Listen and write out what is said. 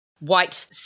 White